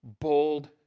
bold